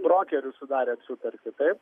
brokeriu sudarėt sutartį taip